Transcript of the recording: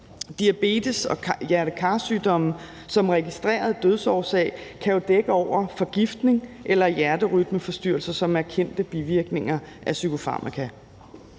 Diabetes og hjerte-kar-sygdomme som registreret dødsårsag kan jo dække over forgiftning eller hjerterytmeforstyrrelser, som er kendte bivirkninger af psykofarmaka.